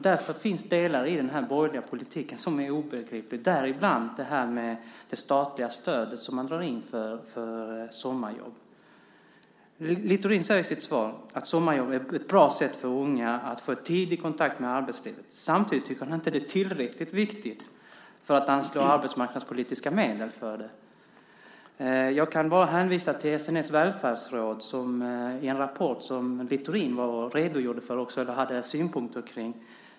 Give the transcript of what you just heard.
Därför är delar i den borgerliga politiken obegripliga, däribland det här att man drar in det statliga stödet för sommarjobb. Littorin säger i sitt svar att sommarjobb är ett bra sätt för unga att få en tidig kontakt med arbetslivet. Samtidigt tycker han inte att det är tillräckligt viktigt för att man ska anslå arbetsmarknadspolitiska medel för det. Jag kan hänvisa till SNS Välfärdsråds rapport som Littorin redogjorde för och hade synpunkter på.